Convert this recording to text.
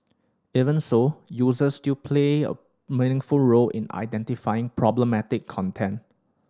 even so users still play a meaningful role in identifying problematic content